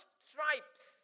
stripes